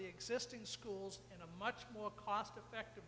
the existing schools in a much more cost effective